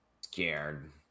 scared